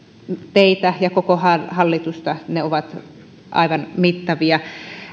teitä ja koko hallitusta ne ovat aivan mittavia